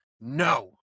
no